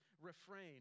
refrain